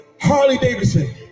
Harley-Davidson